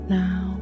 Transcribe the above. now